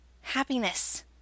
happiness